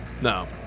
No